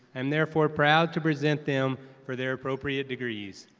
am therefore proud to present them for their appropriate degrees.